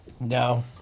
No